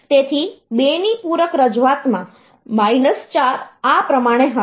તેથી 2 ની પૂરક રજૂઆતમાં 4 આ પ્રમાણે હશે